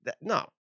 no